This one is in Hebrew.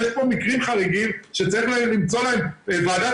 יש פה מקרים חריגים שצריך למצוא להם ועדת